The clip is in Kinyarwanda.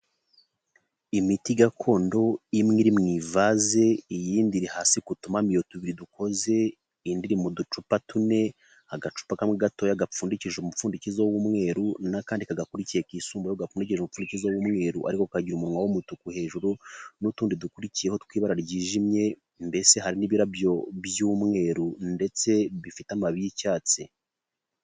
Imiti gakondo imwe iri mu ivaze iyindi iri hasi ku tumamiro tubiri dukoze, indi mu ducupa tune, agacupa kamwe gatoya gapfundikishije umupfundikizo w'umweru, n'akandi kagakurikiye kisumbuyeho gafite umupfukizo w'umweruru ariko kakagira umunwa w'umutuku hejuru n'utundi dukurikiyeho tw'ibara ryijimye, mbese hari n'ibirabyo by'umweru ndetse bifite amababi y'icyatsi.